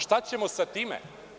Šta ćemo sa time?